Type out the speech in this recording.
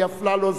אלי אפללו,